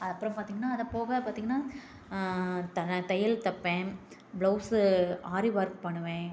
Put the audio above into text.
அப்புறம் பார்த்திங்ன்னா அது போக பார்த்திங்ன்னா தையல் தைப்பேன் பிளவுஸ்ஸு ஆரி ஒர்க் பண்ணுவேன்